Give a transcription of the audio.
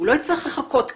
לא יצטרך לחכות קדימה.